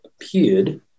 appeared